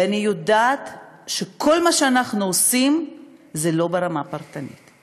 ואני יודעת שכל מה שאנחנו עושים זה לא ברמה הפרטנית.